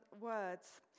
words